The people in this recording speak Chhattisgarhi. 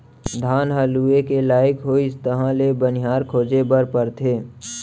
धान ह लूए के लइक होइस तहाँ ले बनिहार खोजे बर परथे